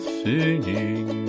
singing